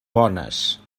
bones